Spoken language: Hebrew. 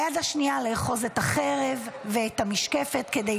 ביד השנייה לאחוז את החרב ואת המשקפת כדי